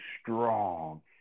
strong